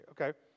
okay